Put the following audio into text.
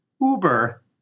Uber